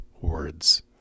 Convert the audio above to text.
words